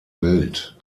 wild